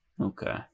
Okay